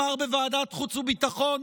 אמר בוועדת חוץ וביטחון,